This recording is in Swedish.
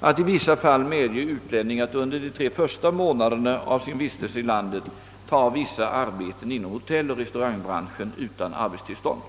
att i vissa fall medge utlänning att under de tre första månaderna av sin vistelse i landet ta vissa arbeten inom hotelloch restaurangbranschen utan arbetstillstånd.